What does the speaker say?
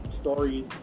stories